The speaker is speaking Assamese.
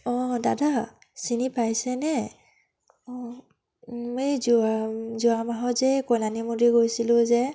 অঁ দাদা চিনি পাইছেনে অঁ এই যোৱা যোৱা মাহত যে কল্যাণী মন্দিৰ গৈছিলোঁ যে